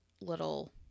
little